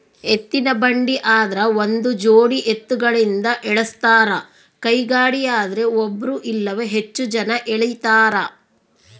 ಎತ್ತಿನಬಂಡಿ ಆದ್ರ ಒಂದುಜೋಡಿ ಎತ್ತುಗಳಿಂದ ಎಳಸ್ತಾರ ಕೈಗಾಡಿಯದ್ರೆ ಒಬ್ರು ಇಲ್ಲವೇ ಹೆಚ್ಚು ಜನ ಎಳೀತಾರ